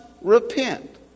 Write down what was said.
repent